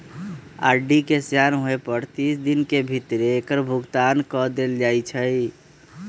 RD के सेयान होय पर तीस दिन के भीतरे एकर भुगतान क देल जाइ छइ